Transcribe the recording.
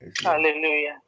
Hallelujah